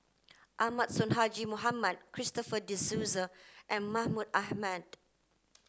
Ahmad Sonhadji Mohamad Christopher De Souza and Mahmud Ahmad